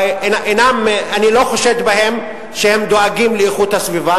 אני לא חושד בהם שהם דואגים לאיכות הסביבה,